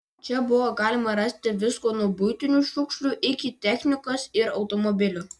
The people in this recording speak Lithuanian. čia buvo galima rasti visko nuo buitinių šiukšlių iki technikos ir automobilių